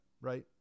right